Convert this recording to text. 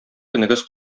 көнегез